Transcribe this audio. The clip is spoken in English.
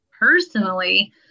personally